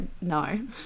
no